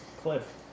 Cliff